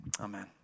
amen